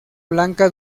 blanca